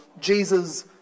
Jesus